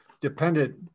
dependent